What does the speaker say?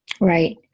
Right